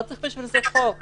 לא צריך בשביל זה חוק.